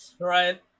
right